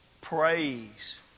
praise